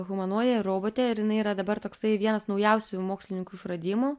humanoidė robotė ir jinai yra dabar toksai vienas naujausių mokslininkų išradimų